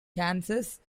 kansas